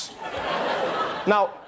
Now